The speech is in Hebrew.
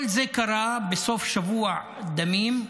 כל זה קרה בסוף שבוע דמים,